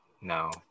No